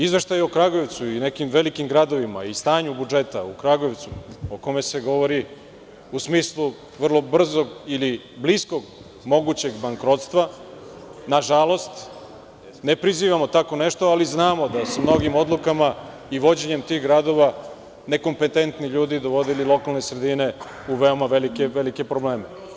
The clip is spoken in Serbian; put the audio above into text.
Izveštaj o Kragujevcu i nekim velikim gradovima i stanju budžeta u Kragujevcu, o kome se govori u smislu vrlo brzog ili bliskog mogućeg bankrotstva, nažalost, ne prizivamo tako nešto, ali znamo da su mnogim odlukama i vođenjem tih gradova nekompetentni ljudi dovodili lokalne sredine u veoma velike probleme.